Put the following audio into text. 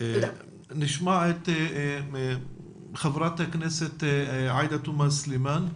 נשמע את חברת הכנסת עאידה תומא סלימאן.